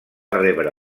rebre